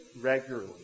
regularly